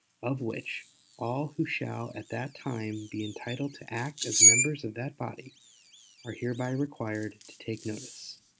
of which all who shall at that time be entitled to act as members of that body are hereby required to take notice.